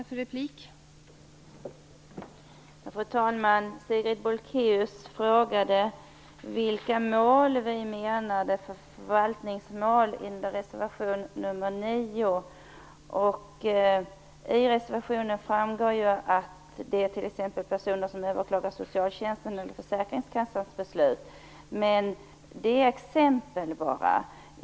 Fru talman! Sigrid Bolkéus frågade vilka förvaltningsmål som vi talade om i reservation 9. I reservationen framgår ju att det gäller t.ex. personer som behöver överklaga socialtjänstens eller försäkringskassans beslut. Men det är bara exempel.